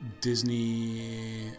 Disney